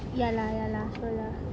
ya lah ya lah betul lah